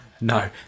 No